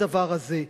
הדבר הזה,